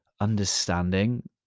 understanding